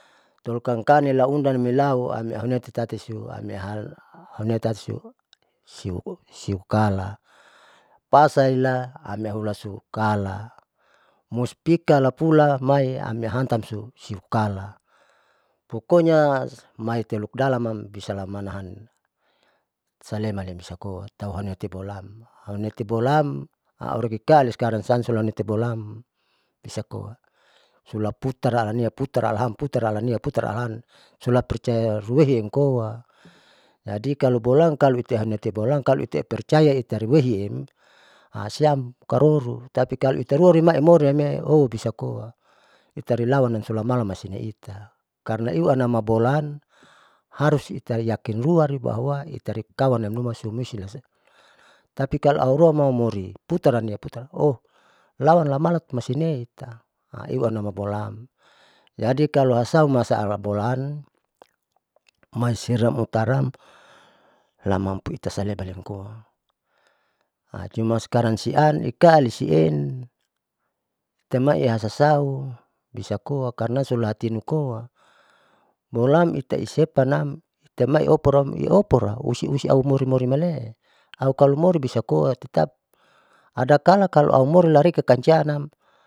Tolukan kani laundan umeilau ami amei tatisiu ameia hamne tatisiu siu kala pasaila ame lahulasiu kala mustika lapula mai amihantamsu sukala pokonya maiteluk dalam am bisalamanahan saleman lem bisakoa, taualiati bolaam haunki bolaaam aureki kaali skkarang siam sulameti bolaam bisa koa sula putaraa ania putaraalahan putar alania putar alahan sula teruehi amkoa jadi kalobolaam kalo iameiti bolaam kalo percaya itairehu siam karoro tapi kalo itairua maimori amee ooo bisa koa itairalan sulamaun silaita, karna iuanama bolaam harus itaiyakin lua itari kawan nanuma husiliamse tapi kalo auroam malimori putaraniam putaram lawan lamala maisinei iu anama bolaam, jadi kalo asau masaala bolan maiseram utaraam lamampu itasaleman loimkoa hacuman sekarang sian ikalisiem temai hasasau bisa koa karna sulati nunikoa mulam itaisepanam itamai opuram opura usi usi aumori morimalee au kalomori bisakoa titap adakala kalo aumori lareki kajarnam.